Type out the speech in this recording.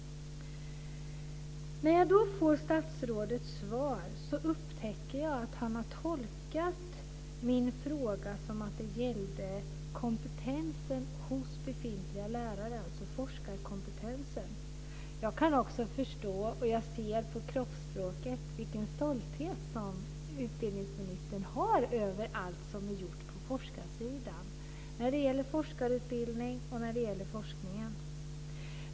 När jag får statsrådets svar upptäcker jag att han har tolkat min fråga som om den gällde kompetensen hos befintliga lärare, dvs. forskarkompetensen. Jag kan förstå, och jag ser av kroppsspråket, vilken stolthet utbildningsministern känner över allt som är gjort på forskarsidan, när det gäller forskarutbildningen och när det gäller forskningen.